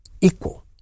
equal